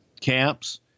camps